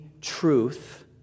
truth